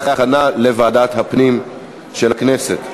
לדיון מוקדם בוועדת הפנים והגנת הסביבה נתקבלה.